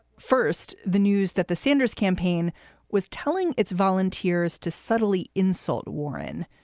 first, the news that the sanders campaign was telling its volunteers to suddenly insult warren,